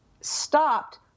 stopped